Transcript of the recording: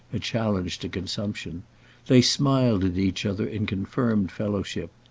a challenge to consumption they smiled at each other in confirmed fellowship.